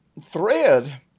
Thread